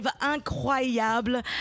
incroyable